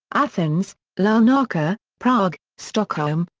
athens, larnaca, prague, stockholm,